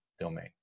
domain